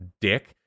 dick